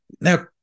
Now